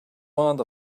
want